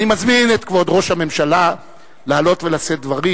אני מזמין את כבוד ראש הממשלה לעלות ולשאת דברים,